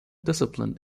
discipline